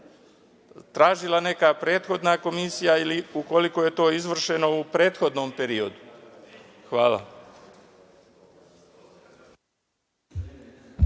tražila neka prethodna komisija ili ukoliko je to izvršeno u prethodnom periodu? Hvala.